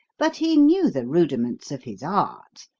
but he knew the rudiments of his art,